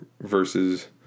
versus